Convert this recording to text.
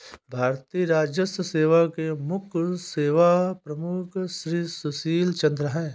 भारतीय राजस्व सेवा के मुख्य सेवा प्रमुख श्री सुशील चंद्र हैं